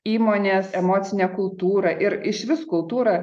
įmonės emocinė kultūra ir išvis kultūra